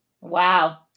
wow